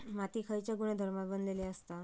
माती खयच्या गुणधर्मान बनलेली असता?